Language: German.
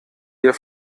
dir